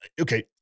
okay